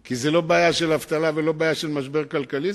כי זה לא בעיה של אבטלה ולא של משבר כלכלי.